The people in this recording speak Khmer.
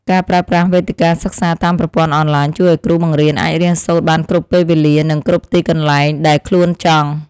ការប្រើប្រាស់វេទិកាសិក្សាតាមប្រព័ន្ធអនឡាញជួយឱ្យគ្រូបង្រៀនអាចរៀនសូត្របានគ្រប់ពេលវេលានិងគ្រប់ទីកន្លែងដែលខ្លួនចង់។